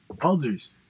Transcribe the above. others